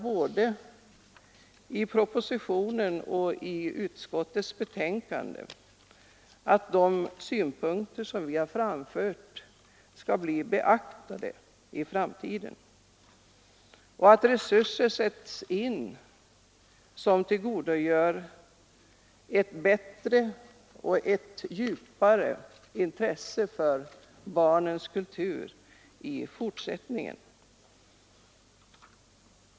Både av propositionen och utskottets betänkande framgår att de synpunkter som vi har framfört skall bli beaktade i framtiden och att resurser skall sättas in som kan medverka till att åstadkomma ett bättre och djupare intresse för barnens kultur i fortsättningen.